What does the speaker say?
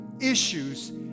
issues